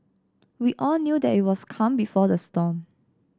we all knew that it was the calm before the storm